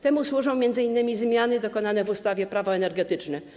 Temu służą m.in. zmiany dokonane w ustawie Prawo energetyczne.